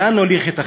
לאן נוליך את החרפה?